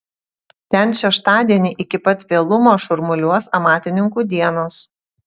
ten šeštadienį iki pat vėlumo šurmuliuos amatininkų dienos